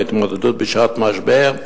ההתמודדות בשעת משבר,